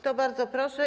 To bardzo proszę.